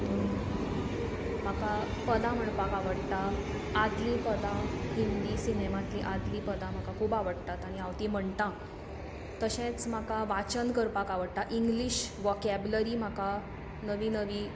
हातूंत म्हाका पदां म्हणपाक आवडटा आदलीं पदां हिंदी सिनेमांतलीं आदलीं पदां म्हाका खूब आवडटा आनी हांव ती म्हणटां तशेंच म्हाका वाचन करपाक आवडटा इंग्लिश वाॅकेबलरी म्हाका नवी नवी